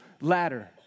ladder